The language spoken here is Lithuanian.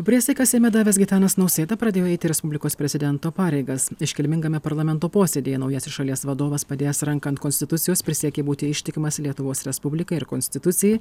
priesaiką seime davęs gitanas nausėda pradėjo eiti respublikos prezidento pareigas iškilmingame parlamento posėdyje naujasis šalies vadovas padėjęs ranką ant konstitucijos prisiekė būti ištikimas lietuvos respublikai ir konstitucijai